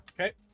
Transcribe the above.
Okay